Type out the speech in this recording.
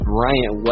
Bryant